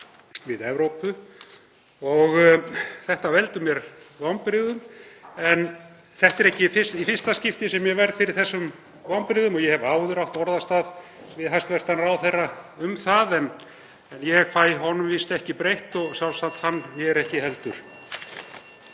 við Evrópu og það veldur mér vonbrigðum. En það er ekki í fyrsta skipti sem ég verð fyrir slíkum vonbrigðum og ég hef áður átt orðastað við hæstv. ráðherra um það, en ég fæ honum ekki breytt og sjálfsagt hann ekki mér heldur.